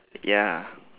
ya